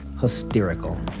hysterical